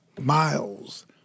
Miles